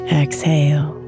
exhale